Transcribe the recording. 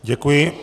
Děkuji.